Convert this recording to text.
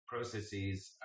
processes